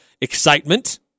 excitement